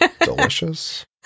delicious